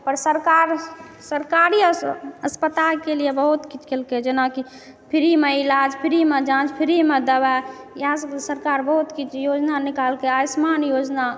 पर सरकार सरकारी अस्पतालके लिए बहुत किछु केलकै जेनाकि फ्रीमे इलाज फ्रीमे जाँच फ्रीमे दवाइ इएह सब सरकार बहुत किछु योजना निकाललकै आयुष्मान योजना